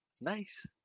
Nice